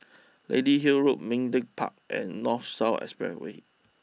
Lady Hill Road Ming Teck Park and North South Expressway